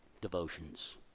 devotions